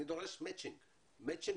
אני דורש מצ'ינג בתרומות.